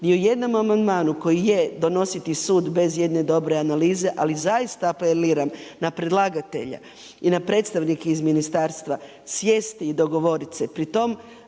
ni u jednom amandmanu koji je donositi sud bez jedne dobre analize, ali zaista apeliram na predlagatelje i na predstavnike iz ministarstva, sjesti i dogovoriti